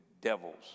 devils